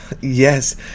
Yes